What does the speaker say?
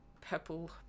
Purple